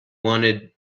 wanted